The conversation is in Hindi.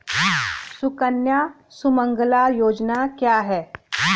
सुकन्या सुमंगला योजना क्या है?